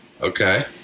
Okay